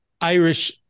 Irish